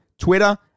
Twitter